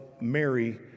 Mary